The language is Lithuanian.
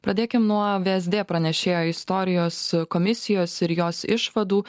pradėkim nuo vsd pranešėjo istorijos komisijos ir jos išvadų